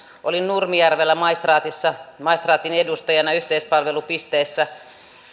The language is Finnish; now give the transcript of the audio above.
olin nurmijärvellä maistraatissa maistraatin edustajana yhteispalvelupisteessä